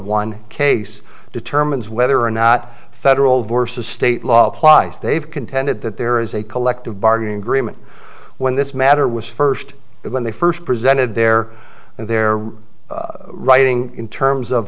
one case determines whether or not federal versus state law applies they've contended that there is a collective bargaining agreement when this matter was first when they first presented their and their writing in terms of